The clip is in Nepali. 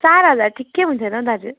चार हजार ठिक्कै हुन्थ्यो त हौ दाजु